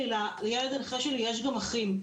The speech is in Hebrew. לילד הנכה שלי יש גם אחים,